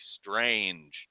strange